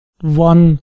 one